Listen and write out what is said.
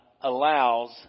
allows